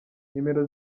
nimero